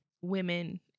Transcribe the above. women